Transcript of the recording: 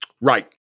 right